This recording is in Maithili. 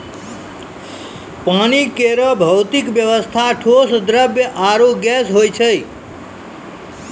पानी केरो भौतिक अवस्था ठोस, द्रव्य आरु गैस होय छै